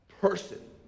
person